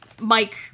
Mike